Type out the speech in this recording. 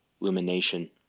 Illumination